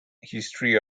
history